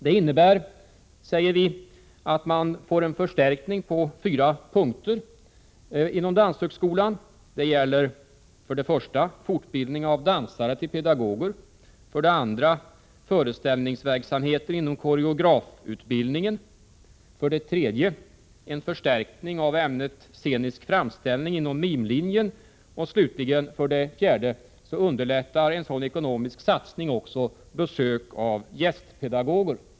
Det innebär, säger vi, att man får en förstärkning på fyra punkter inom danshögskolan. Det gäller för det tredje en förstärkning av ämnet scenisk framställning inom mimlinjen. Slutligen — för det fjärde — underlättar en sådan ekonomisk satsning också besök av gästpedagoger.